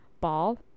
ball